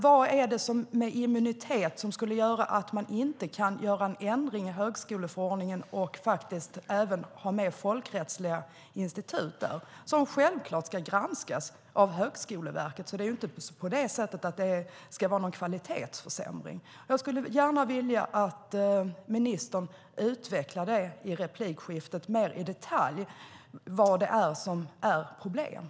Vad är problemet? Varför skulle man på grund av immuniteten inte kunna göra en ändring i högskoleförordningen, alltså att det även omfattade folkrättsliga institut? De ska självfallet granskas av Högskoleverket. Det ska inte vara någon kvalitetsförsämring. Jag skulle gärna vilja att ministern i sitt nästa inlägg mer i detalj utvecklade vad som är problemet.